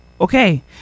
okay